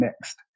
next